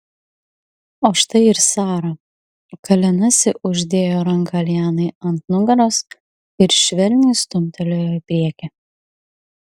o štai ir sara kalenasi uždėjo ranką lianai ant nugaros ir švelniai stumtelėjo į priekį